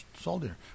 soldier